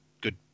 good